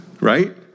right